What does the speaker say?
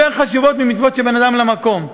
הן חשובות יותר ממצוות שבין אדם למקום.